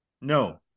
No